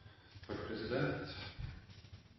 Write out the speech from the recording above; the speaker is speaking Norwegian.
Takk, president.